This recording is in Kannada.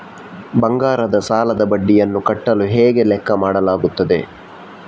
ಬಂಗಾರದ ಸಾಲದ ಬಡ್ಡಿಯನ್ನು ಕಟ್ಟಲು ಹೇಗೆ ಲೆಕ್ಕ ಮಾಡಲಾಗುತ್ತದೆ?